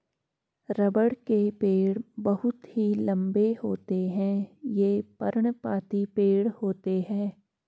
रबड़ के पेड़ बहुत ही लंबे होते हैं ये पर्णपाती पेड़ होते है